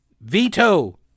veto